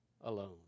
alone